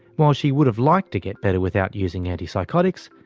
while she would have liked to get better without using antipsychotics,